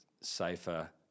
Safer